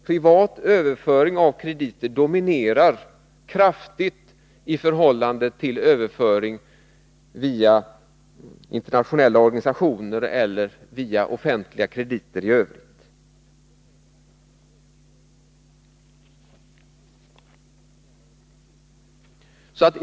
Privat överföring av krediter dominerar kraftigt över överföring via internationella organisationer och offentliga krediter i övrigt.